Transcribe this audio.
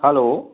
hello